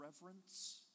reverence